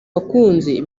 bakunzi